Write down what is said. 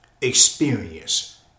experience